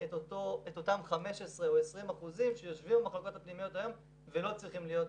את אותם 15% או 20% שיושבים במחלקות הפנימיות היום ולא צריכים להיות שם.